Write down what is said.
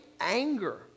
anger